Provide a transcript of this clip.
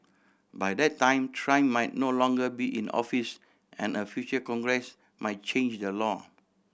by that time Trump might no longer be in office and a future Congress might change the law